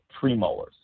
premolars